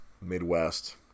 Midwest